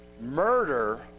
murder